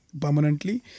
permanently